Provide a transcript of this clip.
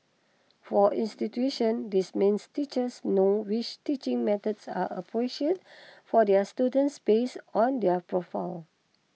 for institutions this means teachers know which teaching methods are appreciate for their students based on their profiles